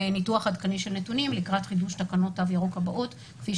ניתוח עדכני של נתונים לקראת חידוש תקנות התו הירוק הבאות כפי,